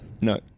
No